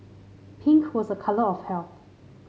pink was a colour of health